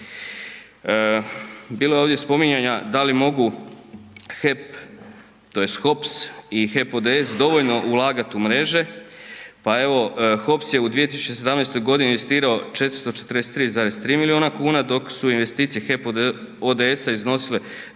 Bilo je ovdje spominjanja da li mogu HEP, tj. HOPS i HEP ODS dovoljno ulagati u mreže, pa evo, HOPS je u 2017. godini investirao 443,3 milijuna kuna, dok su investicije HEP ODS iznosile 923